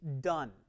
Done